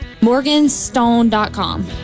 Morganstone.com